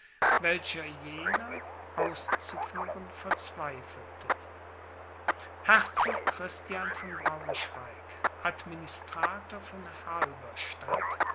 welche jener auszuführen verzweifelte herzog christian von braunschweig administrator von